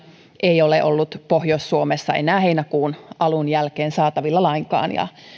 ei ole ollut pohjois suomessa enää heinäkuun alun jälkeen saatavilla lainkaan